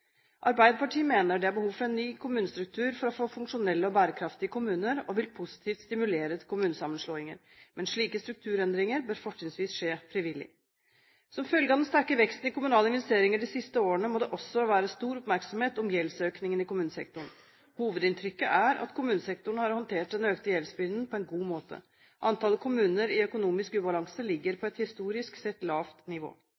Arbeiderpartiet mener det er behov for en ny kommunestruktur for å få funksjonelle og bærekraftige kommuner, og vil positivt stimulere til kommunesammenslåinger. Men slike strukturendringer bør fortrinnsvis skje frivillig. Som følge av den sterke veksten i kommunale investeringer de siste årene må det også være stor oppmerksomhet om gjeldsøkningen i kommunesektoren. Hovedinntrykket er at kommunesektoren har håndtert den økte gjeldsbyrden på en god måte. Antallet kommuner i økonomisk ubalanse ligger på et historisk sett lavt nivå.